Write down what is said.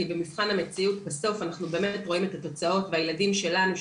כי במבחן המציאות בסוף אנחנו באמת רואים את התוצאות בילדים שלנו,